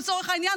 לצורך העניין,